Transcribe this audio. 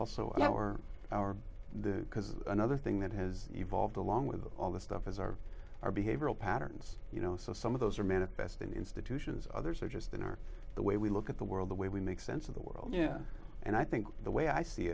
also our our the because another thing that has evolved along with all this stuff is are our behavioral patterns you know so some of those are manifest in institutions others are just in our the way we look at the world the way we make sense of the world and i think the way i see